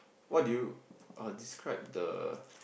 what do you err describe the